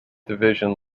division